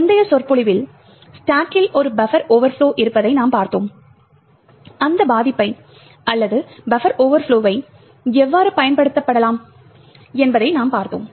முந்தைய சொற்பொழிவில் ஸ்டாக் கில் ஒரு பஃபர் ஓவர்ப்லொ இருப்பதை நாம் பார்த்தோம் அந்த பாதிப்பை அல்லது பஃபர் ஓவர்ப்லொவை எவ்வாறு பயன்படுத்தப்படலாம் என்பதை நாம் பார்த்தோம்